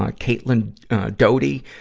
ah caitlin doughty,